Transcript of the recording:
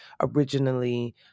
originally